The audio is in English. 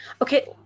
Okay